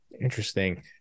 Interesting